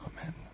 Amen